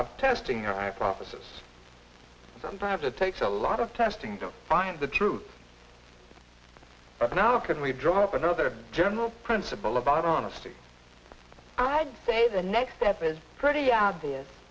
of testing our hypothesis sometimes it takes a lot of testing to find the truth now can we drop another general principle about honesty i'd say the next step is pretty obvious